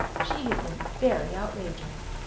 she had been very outrageous.